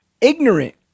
ignorant